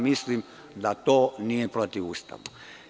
Mislim da to nije protivustavno.